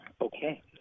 Okay